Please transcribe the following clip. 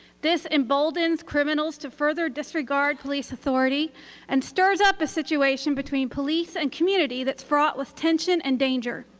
this emboldens criminals to further disregard police authority and stirs up a situation between police and community that's fraught with tension and danger.